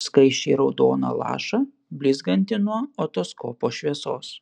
skaisčiai raudoną lašą blizgantį nuo otoskopo šviesos